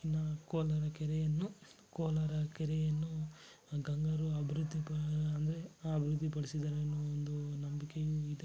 ಇನ್ನು ಕೋಲಾರ ಕೆರೆಯನ್ನು ಕೋಲಾರ ಕೆರೆಯನ್ನು ಗಂಗರು ಅಭಿವೃದ್ಧಿ ಪ ಅಂದರೆ ಅಭಿವೃದ್ಧಿ ಪಡಿಸಿದ್ದಾರೆ ಅನ್ನೋ ಒಂದು ನಂಬಿಕೆಯು ಇದೆ